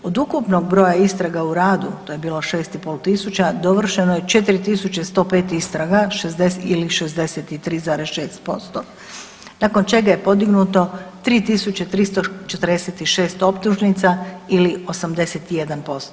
Od ukupnog broja istraga u radu to je bilo 6.500 dovršeno je 4.105 istraga ili 63,6%, nakon čega je podignuto 3.346 optužnica ili 81%